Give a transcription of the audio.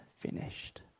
finished